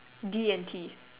D and T